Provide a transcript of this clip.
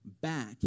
back